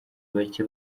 bake